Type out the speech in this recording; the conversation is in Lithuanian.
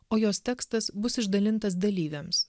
o jos tekstas bus išdalintas dalyviams